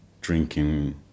drinking